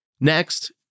Next